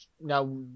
now